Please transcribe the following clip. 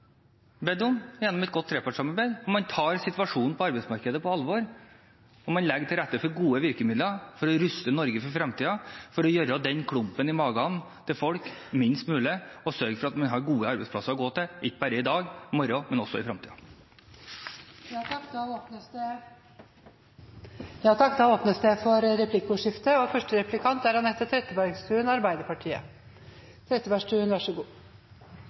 gjennom et godt trepartssamarbeid. Man tar situasjonen på arbeidsmarkedet på alvor, og man legger til rette for gode virkemidler for å ruste Norge for fremtiden, for å gjøre den klumpen i magen til folk minst mulig og sørge for at man har gode arbeidsplasser å gå til, ikke bare i dag og i morgen, men også i fremtiden. Det blir replikkordskifte. Jeg ga på ingen måte regjeringen skylden for fallet i oljepris eller den globale situasjonen – overhodet ikke – det jeg gir regjeringen ansvaret for, er